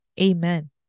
Amen